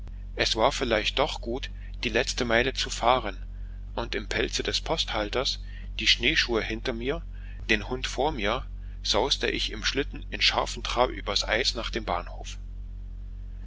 es war vielleicht doch gut die letzte meile zu fahren und im pelze des posthalters die schneeschuhe hinter mir den hund vor mir sauste ich im schlitten in scharfem trab übers eis nach dem bahnhof